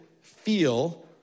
feel